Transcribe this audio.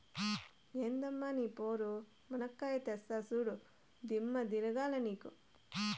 ఎందమ్మ నీ పోరు, మునక్కాయా తెస్తా చూడు, దిమ్మ తిరగాల నీకు